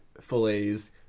fillets